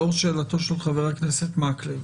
לאור שאלתו של חבר הכנסת מקלב,